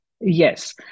Yes